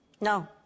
No